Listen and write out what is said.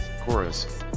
chorus